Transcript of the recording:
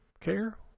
care